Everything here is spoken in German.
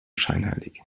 scheinheilig